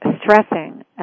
stressing